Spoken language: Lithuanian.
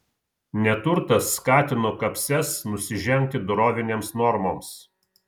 neturtas skatino kapses nusižengti dorovinėms normoms